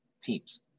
teams